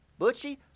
Butchie